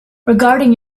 regarding